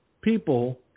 People